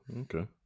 okay